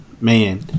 man